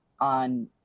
on